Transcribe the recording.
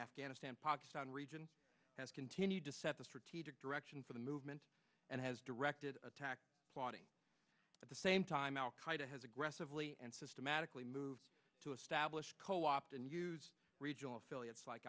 afghanistan pakistan region has continued to set the strategic direction for the movement and has directed attacks plotting at the same time al qaida has aggressively and systematically moved to establish co opt and use regional affiliates like